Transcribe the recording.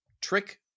trick